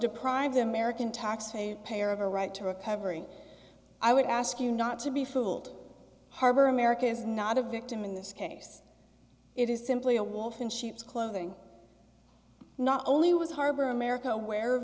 deprive the american taxpayer payer of a right to recovery i would ask you not to be fooled harbor america is not a victim in this case it is simply a wolf in sheep's clothing not only was harbor america